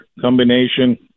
combination